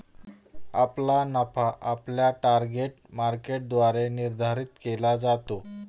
आपला नफा आपल्या टार्गेट मार्केटद्वारे निर्धारित केला जातो